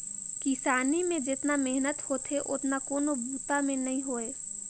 किसानी में जेतना मेहनत होथे ओतना कोनों बूता में नई होवे